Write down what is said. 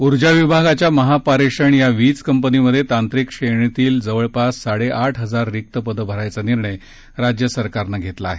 ऊर्जा विभागाच्या महापारेषण या वीज कंपनीत तांत्रिक श्रेणीतली जवळपास साडेआठ हजार रिक्त पदं भरायचा निर्णय राज्य सरकारनं घेतला आहे